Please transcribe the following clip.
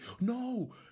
No